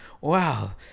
wow